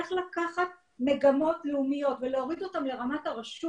איך לקחת מגמות לאומיות ולהוריד אותן לרמת הרשות